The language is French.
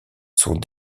sont